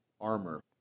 armor